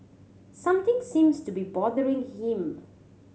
something seems to be bothering him